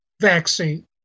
vaccine